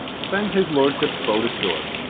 send his lordship's boat ashore.